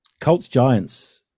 Colts-Giants